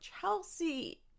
chelsea